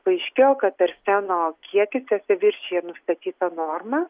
paaiškėjo kad arseno kiekis jose viršija nustatytą normą